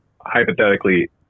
Hypothetically